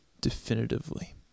definitively